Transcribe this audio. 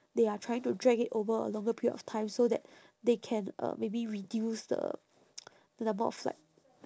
they are trying to drag it over a longer period of time so that they can uh maybe reduce the the number of like